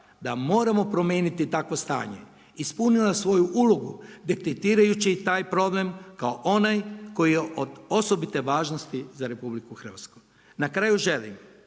da moramo promijeniti takvo stanje, ispunila svoju ulogu, detektirajući taj problem, kao onaj koji je od osobite važnosti za RH. Na kraju želim